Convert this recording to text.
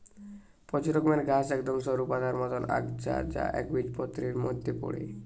প্রচুর রকমের ঘাস একদম সরু পাতার মতন আগাছা যা একবীজপত্রীর মধ্যে পড়ে